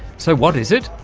so what is it?